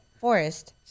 forest